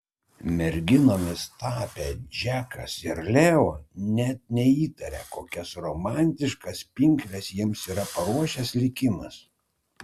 merginomis tapę džekas ir leo net neįtaria kokias romantiškas pinkles jiems yra paruošęs likimas